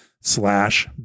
slash